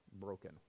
broken